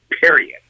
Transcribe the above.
period